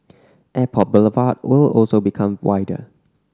Airport Boulevard will also become wider